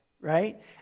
right